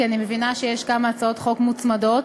כי אני מבינה שיש כמה הצעות חוק מוצמדות,